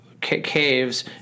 caves